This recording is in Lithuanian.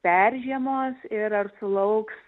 peržiemos ir ar sulauks